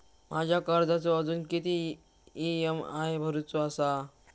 माझ्या कर्जाचो अजून किती ई.एम.आय भरूचो असा?